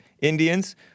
Indians